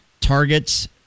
targets